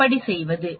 எப்படி செய்வது